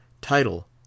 title